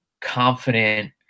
confident